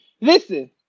Listen